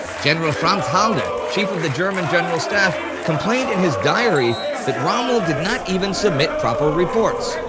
general franz halder, chief of the german general staff, complained in his diary that rommel did not even submit proper reports,